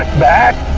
back!